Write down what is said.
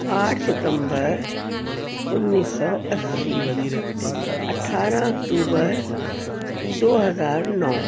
آٹھ ستمبر انیس سو اسی اٹھارہ اکتوبر دو ہزار نو